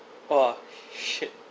orh shit